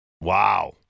Wow